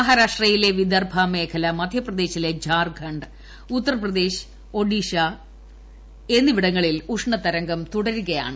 മഹാരാഷ്ട്രയിലെ വിദർഭ മേഖല ത്ധാർഖണ്ഡ് ഉത്തർപ്രദേശ് ഒഡീഷ എന്നിവിടങ്ങളിൽ ഉഷ്ണതരംഗം തുടരുകയാണ്